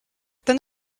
then